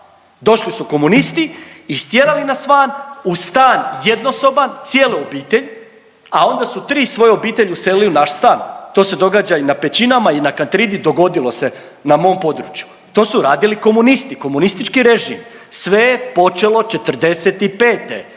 došli su komunisti istjerali nas van u stan jednosoban, cijelu obitelj, a onda su tri svoje obitelji uselili u naš stan. To se događa i na Pečinama i na Kantridi, dogodilo se na mom području. To su radili komunisti, komunistički režim. Sve je počelo '45.,